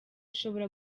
ishobora